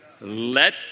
let